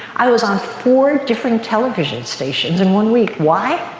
i was on four different television stations in one week. why?